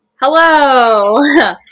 Hello